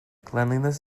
cleanliness